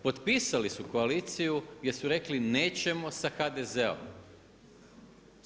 Potpisali su koaliciju gdje su reli nećemo sa HDZ-om.